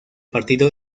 partido